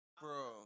Bro